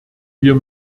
wir